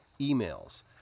emails